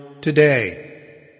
today